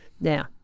Now